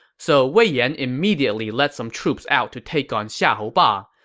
so wei yan immediately led some troops out to take on xiahou ba.